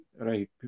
Right